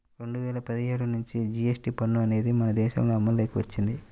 రెండు వేల పదిహేడు నుంచి జీఎస్టీ పన్ను అనేది మన దేశంలో అమల్లోకి వచ్చింది